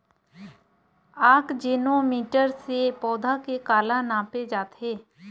आकजेनो मीटर से पौधा के काला नापे जाथे?